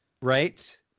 Right